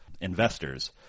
investors